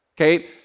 Okay